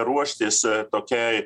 ruoštis tokiai